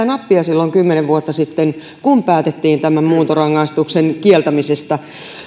nappia silloin kymmenen vuotta sitten kun päätettiin tämän muuntorangaistuksen kieltämisestä